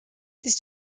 this